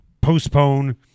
postpone